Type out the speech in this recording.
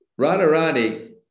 Radharani